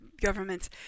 governments